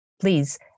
Please